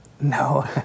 No